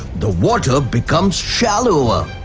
the water becomes shallower.